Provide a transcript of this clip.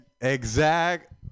Exact